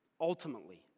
ultimately